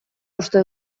uste